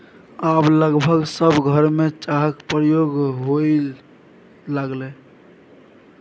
आब लगभग सभ घरमे चाहक प्रयोग होए लागलै